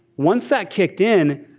once that kicked in,